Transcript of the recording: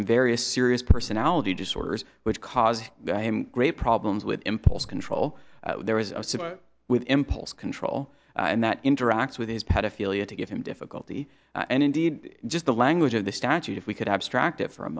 from various serious personality disorders which caused him great problems with impulse control there was with impulse control and that interacts with his pedophilia to give him difficulty and indeed just the language of the statute if we could abstract it for a